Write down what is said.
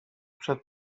przed